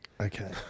Okay